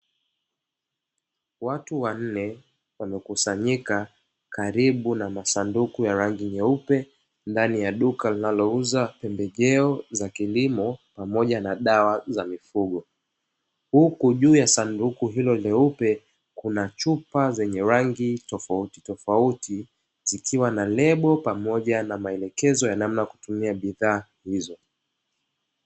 Watu wanne wamekusanyika karibu na masanduku ya rangi nyeupe ndani ya duka linalouza pembejeo za kilimo pamoja na dawa za mifugo, huku juu ya sanduku hilo leupe kuna chupa zenye rangi tofauti tofauti zikiwa na nembo pamoja na maelekezo ya namna ya kutumia bidhaa hizo.